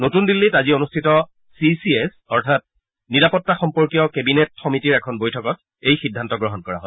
নতূন দিল্লীত আজি অনুষ্ঠিত চি চি এছ অৰ্থাৎ নিৰাপত্তা সম্পৰ্কীয় কেবিনেট সমিতিৰ এখন বৈঠকত এই সিদ্ধান্ত গ্ৰহণ কৰা হয়